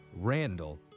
Randall